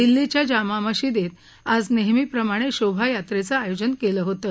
दिल्लीच्या जामा मशिदीत आज नेहमीप्रमाणे शोभा यात्रेचं आयोजन केलं होतं